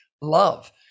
love